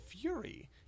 Fury